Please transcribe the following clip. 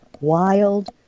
wild